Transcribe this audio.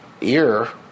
ear